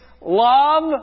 love